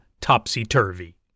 topsy-turvy